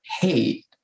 hate